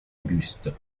auguste